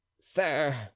Sir